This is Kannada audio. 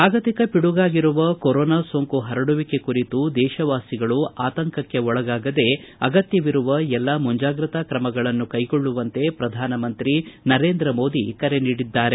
ಜಾಗತಿಕ ಪಿಡುಗಾಗಿರುವ ಕೊರೋನಾ ಸೋಂಕು ಹರಡುವಿಕೆ ಕುರಿತು ದೇಶವಾಸಿಗಳು ಆತಂಕಕ್ಕೆ ಒಳಗಾಗದೇ ಅಗತ್ಯವಿರುವ ಎಲ್ಲಾ ಮುಂಜಾಗ್ರತಾ ಕ್ರಮಗಳನ್ನು ಕೈಗೊಳ್ಳುವಂತೆ ಪ್ರಧಾನಮಂತ್ರಿ ನರೇಂದ್ರ ಮೋದಿ ಕರೆ ನೀಡಿದ್ದಾರೆ